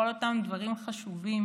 כל אותם דברים חשובים,